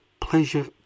pleasure